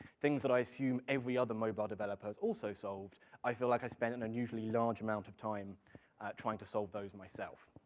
things that i assume every other mobile developer has also solved, i feel like i spent an unusually large amount of time at trying to solve those myself.